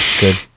Good